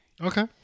okay